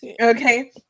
Okay